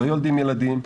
לא יולדים ילדים,